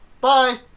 bye